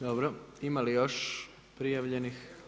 Dobro, ima li još prijavljenih?